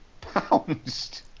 Pounced